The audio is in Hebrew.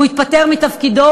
הוא התפטר מתפקידו,